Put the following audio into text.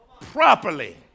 properly